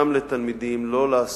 גם לתלמידים שלא לעשות,